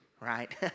right